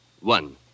One